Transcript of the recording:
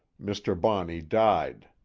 mr. bonney died.